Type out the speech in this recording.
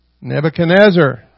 Nebuchadnezzar